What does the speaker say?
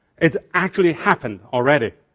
it actually happened already.